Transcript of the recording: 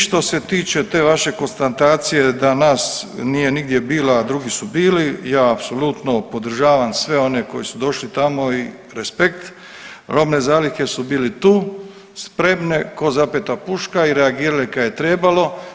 Što se tiče te vaše konstatacije da nas nije nigdje bilo, a drugi su bili, ja apsolutno podržavam sve one koji su došli tamo i respekt, robne zalihe su bili tu spremne ko zapeta puška i reagirali kad je trebalo.